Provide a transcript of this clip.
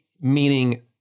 meaning